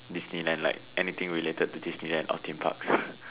Disneyland like anything related to Disneyland or theme parks